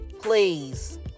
please